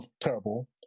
terrible